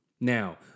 now